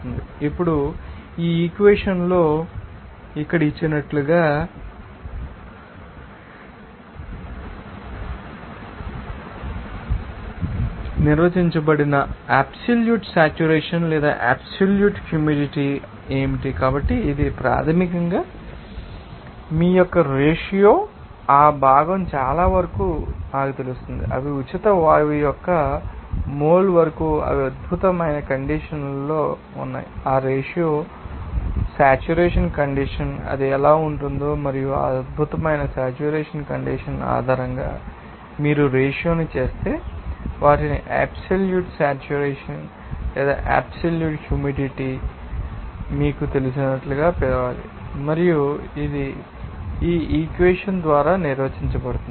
ఇప్పుడు ఈ ఈక్వెషన్ లో ఇక్కడ ఇచ్చినట్లుగా నిర్వచించబడిన అబ్సెల్యూట్ సేట్యురేషన్ లేదా అబ్సెల్యూట్ హ్యూమిడిటీ ఏమిటి కాబట్టి ఇది ప్రాథమికంగా మీ యొక్క రేషియో ఆ భాగం చాలావరకు నాకు తెలుసు అవి ఉచిత వాయువు యొక్క మోల్ వరకు అవి అద్భుతమైన కండీషన్ లో ఉన్నాయి ఆ రేషియో ఉంటుంది సేట్యురేషన్ కండీషన్ అది ఎలా ఉంటుందో మరియు ఆ అద్భుతమైన సేట్యురేషన్ కండీషన్ ఆధారంగా మీరు రేషియో ని చేస్తే వాటిని అబ్సెల్యూట్ సేట్యురేషన్ లేదా అబ్సెల్యూట్ హ్యూమిడిటీ మీకు తెలిసినట్లుగా పిలవాలి మరియు ఇది ఈ ఈక్వెషన్ ద్వారా నిర్వచించబడుతుంది